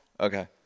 Okay